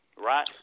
right